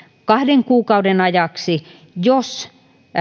kahden kuukauden ajaksi jos